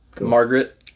Margaret